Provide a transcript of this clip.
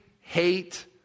hate